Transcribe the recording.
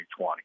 2020